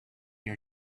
your